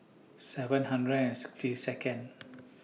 seven hundred and sixty Second